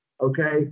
okay